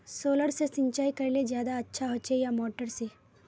Solar से सिंचाई करले ज्यादा अच्छा होचे या मोटर से?